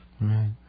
Right